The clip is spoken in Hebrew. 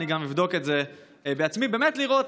ואני גם אבדוק את זה בעצמי כדי באמת לראות,